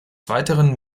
weiteren